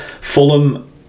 Fulham